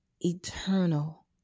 eternal